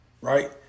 right